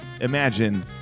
Imagine